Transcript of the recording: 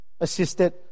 Assisted